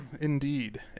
Indeed